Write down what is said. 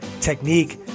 technique